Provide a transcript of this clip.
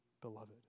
beloved